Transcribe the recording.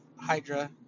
Hydra